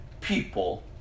people